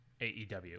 AEW